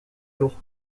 jours